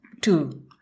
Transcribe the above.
Two